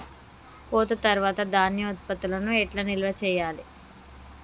కోత తర్వాత ధాన్యం ఉత్పత్తులను ఎట్లా నిల్వ చేయాలి?